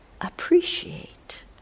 appreciate